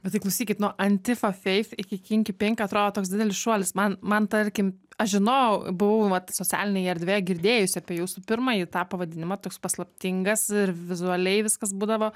bet tai klausykit nuo antifa feif iki kinki pink atrodo toks didelis šuolis man man tarkim aš žinojau buvau vat socialinėj erdvėj girdėjusi apie jūsų pirmąjį tą pavadinimą toks paslaptingas ir vizualiai viskas būdavo